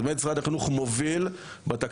אז באמת משרד החינוך מוביל בתקציבים,